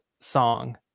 song